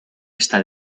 está